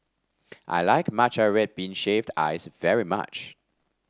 I like Matcha Red Bean Shaved Ice very much